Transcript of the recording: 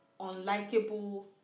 unlikable